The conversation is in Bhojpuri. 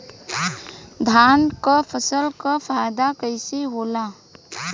धान क फसल क फायदा कईसे होला?